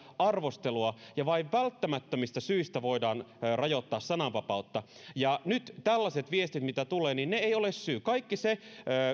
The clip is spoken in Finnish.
arvostelua ja vain välttämättömistä syistä voidaan rajoittaa sananvapautta ja nyt tällaiset viestit mitä tulee eivät ole syy kaikki se